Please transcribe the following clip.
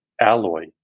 alloy